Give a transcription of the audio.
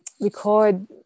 record